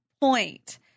point